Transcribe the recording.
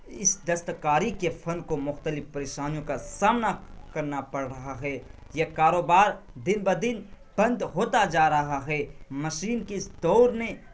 اس دستکاری کے فن کو مخلتف پریشانیوں کا سامنا کرنا پڑ رہا ہے یہ کاروبار دن بدن بند ہوتا جا رہا ہے مشین کے اس دور نے